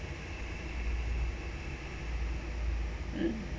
mm